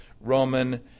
Roman